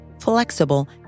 flexible